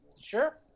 Sure